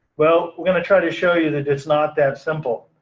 well, we're gonna try to show you that it's not that simple.